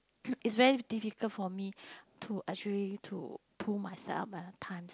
is very difficult for me to actually to pull myself up at times